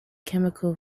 chemical